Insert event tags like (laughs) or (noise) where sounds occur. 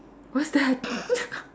what's that (laughs)